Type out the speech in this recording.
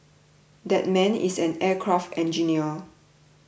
that man is an aircraft engineer